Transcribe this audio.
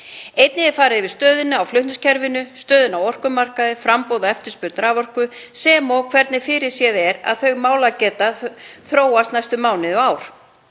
Einnig er farið yfir stöðuna á flutningskerfinu, stöðuna á orkumarkaði, framboð og eftirspurn raforku sem og hvernig fyrirséð er að þau mál geti þróast næstu mánuði og